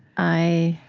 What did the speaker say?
i